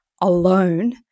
alone